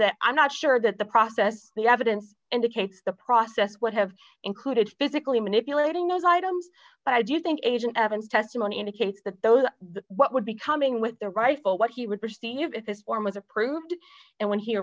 that i'm not sure that the process the evidence indicates the process would have included physically manipulating those items but i do think agent evan testimony indicates that those would be coming with the rifle what he would perceive if this form was approved and when he